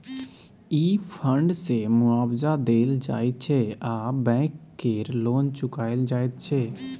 ई fund सँ मुआबजा देल जाइ छै आ बैंक केर लोन चुकाएल जाइत छै